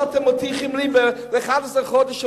שאתם מטיחים לי אחרי 11 חודש,